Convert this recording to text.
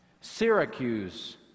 Syracuse